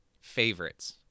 favorites